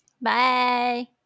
Bye